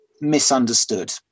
Misunderstood